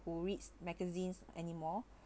who reads magazines anymore